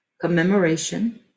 commemoration